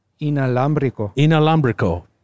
Inalámbrico